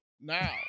Now